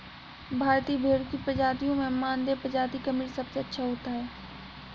भारतीय भेड़ की प्रजातियों में मानदेय प्रजाति का मीट सबसे अच्छा होता है